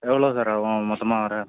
எவ்வளோ சார் ஆகும் மொத்தமாக வர